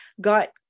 got